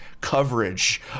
coverage